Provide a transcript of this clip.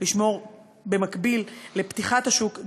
במקביל לפתיחת השוק,